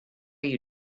you